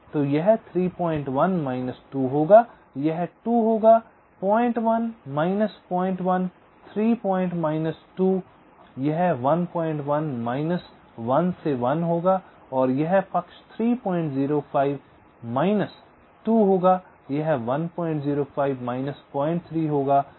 तो यह 31 माइनस 2 होगा यह 2 होगा 01 माइनस 01 3 पॉइंट माइनस 2 यह 11 माइनस 1 से 1 होगा और यह पक्ष 305 माइनस 2 होगा यह 105 माइनस 03 होगा